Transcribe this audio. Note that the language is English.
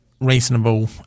reasonable